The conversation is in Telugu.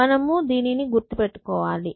మనము దీన్ని గుర్తు పెట్టుకోవాలి